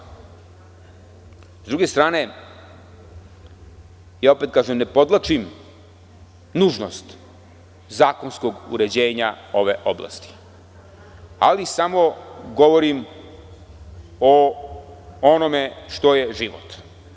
S druge strane, i opet kažem, ne podvlačim nužnost zakonskog uređenja ove oblasti, ali samo govorim o onome što je život.